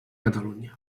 catalunya